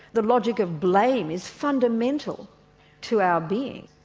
the logic of blame is fundamental to our being.